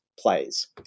Plays